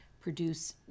produce